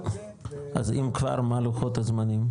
אז אם כבר, מה לוחות הזמנים?